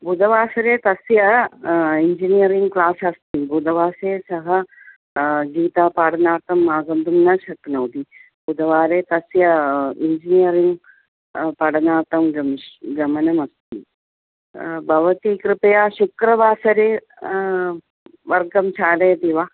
बुधवासरे तस्य engineering class अस्ति बुधवासरे सः गीता पाठनार्थम् आगन्तुं न शक्नोति बुधवासरे तस्य इञ्जिनियरिङ्ग् पाठनार्थं गमिश् गमनमस्ति भवती कृपया शुक्रवासरे वर्गं चालयति वा